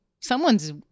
Someone's